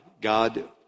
God